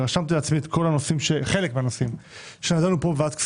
ורשמתי לעצמי חלק מן הנושאים שדנו בהם כאן בוועדת הכספים.